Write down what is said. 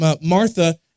Martha